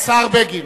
בהחלט,